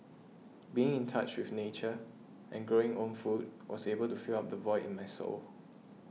being in touch with nature and growing own food was able to fill up the void in my soul